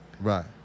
Right